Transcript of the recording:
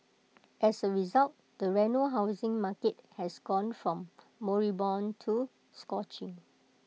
as A result the Reno housing market has gone from moribund to scorching